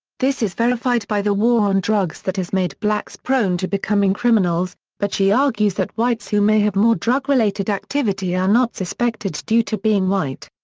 this is verified by the war on drugs that has made blacks prone to becoming criminals, but she argues that whites who may have more drug-related activity are not suspected due to being white.